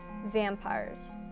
vampires